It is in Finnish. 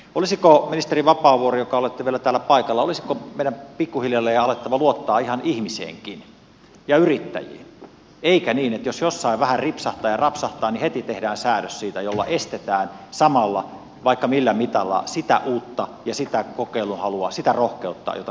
olisiko ministeri vapaavuori joka olette vielä täällä paikalla meidän pikkuhiljalleen alettava luottaa ihan ihmiseenkin ja yrittäjiin eikä niin että jos jossain vähän ripsahtaa ja rapsahtaa niin heti tehdään siitä säädös jolla estetään samalla vaikka millä mitalla sitä uutta ja sitä kokeilunhalua sitä rohkeutta jota meissä suomalaisissa on